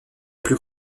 plus